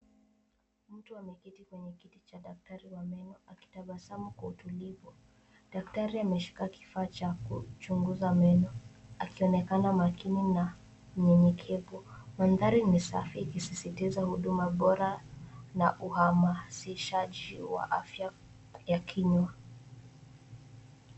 Mtu ameketi kwenye kiti cha daktari wa meno akitabasamu kwa utulivu. Daktari ameshika kifaa cha kuchunguza meno akionekana makini na mnyenyekevu. Mandhari ni safi ikisisitiza huduma bora na uhamasishaji wa afya ya kinywa.